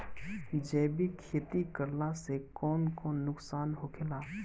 जैविक खेती करला से कौन कौन नुकसान होखेला?